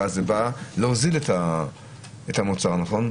נועד להוזיל את המוצר, נכון?